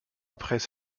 après